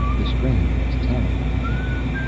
the strain was telling on hector.